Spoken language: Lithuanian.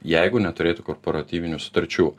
jeigu neturėtų korporatyvinių sutarčių